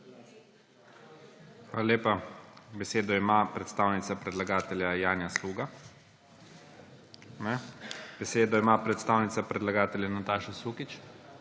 Hvala lepa. Besedo ima predstavnica predlagatelja Janja Sluga. Ne. Besedo ima predstavnica predlagatelja Nataša Sukič.